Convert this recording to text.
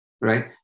right